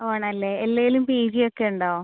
ആണല്ലേ എല്ലാത്തിലും P G ഒക്കെ ഉണ്ടോ